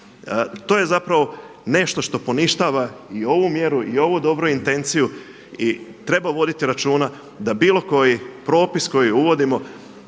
To je zapravo nešto što poništava i ovu mjeru i ovu dobru intenciju i treba voditi računa da bilo koji propis koji uvodimo